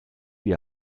wie